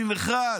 אני נחרד,